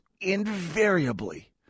invariably